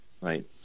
Right